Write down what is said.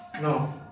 No